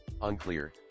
Unclear